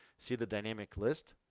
see the dynamic list.